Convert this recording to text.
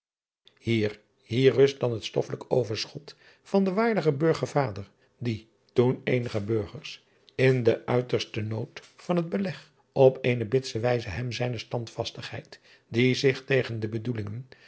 ier hier rust dan het stoffelijk overschot van den waardigen burgervader die toen eenige burgers in den uitersten nood van het beleg op eene bitse wijze hem zijne standvastigheid die zich tegen de bedoelingen